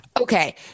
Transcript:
okay